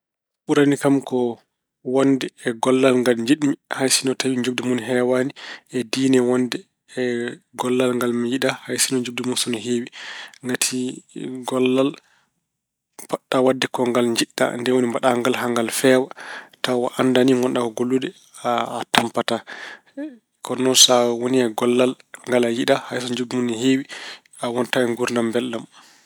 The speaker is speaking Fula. Ɓurani kam ko wonde e gollal ngal jiɗmi hay sinno tawi njoɓdi mun heewaani e diine wonde e gollal ngal mi yiɗaa hay sinno njoɓdi mun so ina heewi. Ngati gollal potɗa waɗde ko ngal yiɗɗa ndeen woni mbaɗa ngal angal feewa tawa a anndaa ni ngonɗa ko e gollude. A tampataa. Kono noon so a woni e gollal ngal a yiɗaa hay so njoɓdi mun ina heewi a wonataa e nguurdam mbelɗam.